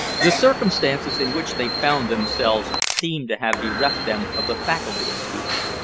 the circumstances in which they found themselves seemed to have bereft them of the faculty of speech.